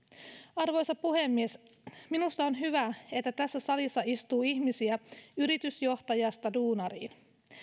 arvoisa puhemies minusta on hyvä että tässä salissa istuu ihmisiä yritysjohtajasta duunariin